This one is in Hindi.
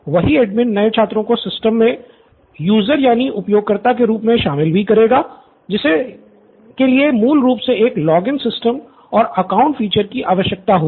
वही एडमिन नए छात्रों को सिस्टम में उपयोगकर्ताओं के रूप में शामिल भी करेगा जिसके लिए मूल रूप से एक लॉगिन सिस्टम और अकाउंट फीचर्स की आवश्यकता होगी